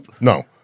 no